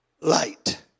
light